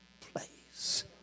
place